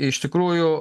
iš tikrųjų